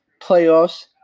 playoffs